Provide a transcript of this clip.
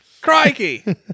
Crikey